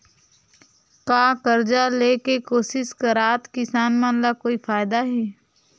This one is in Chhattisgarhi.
का कर्जा ले के कोशिश करात किसान मन ला कोई फायदा हे?